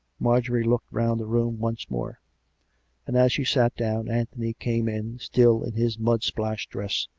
marjorie looked round the room once more and, as she sat down, anthony came in, still in his mud-splashed dress,